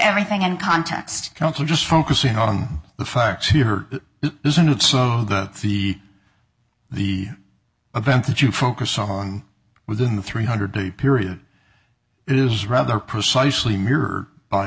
everything in context council just focusing on the facts here it isn't it so that the the event that you focus on within the three hundred period is rather precisely mirrored by